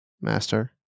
master